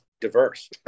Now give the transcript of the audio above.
diverse